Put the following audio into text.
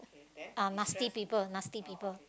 uh nasty people nasty people